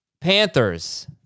Panthers